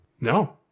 No